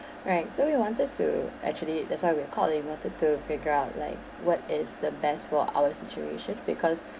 right so we wanted to actually that's why we're calling we wanted to figure out like what is the best for our situation because